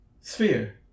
Sphere